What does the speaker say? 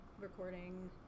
recording